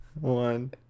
One